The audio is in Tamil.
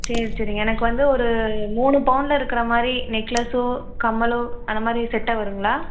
சரி சரிங்க எனக்கு வந்து ஒரு மூணு பவுனில் இருக்கிற மாதிரி நெக்லஸ்சும் கம்மலும் அந்த மாதிரி செட்டாக வருங்களா